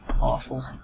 awful